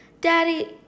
Daddy